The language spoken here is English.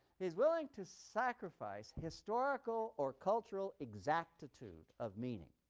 he's willing to sacrifice historical or cultural exactitude of meaning.